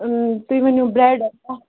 تُہۍ ؤنِو برٛٮ۪ڈ کانٛہہ